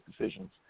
decisions